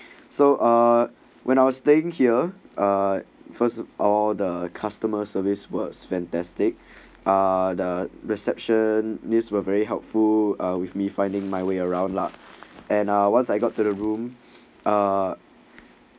so uh when I was staying here uh first of all the customer service works fantastic ah the reception nice were very helpful with me finding my way around luck and uh once I got to the room ah